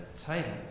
title